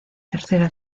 tercera